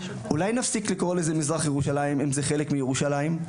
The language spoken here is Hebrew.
אולי נפסיק לקרוא לזה מזרח ירושלים אם זה חלק מירושלים?